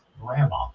grandma